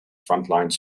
frontline